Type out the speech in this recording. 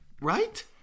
Right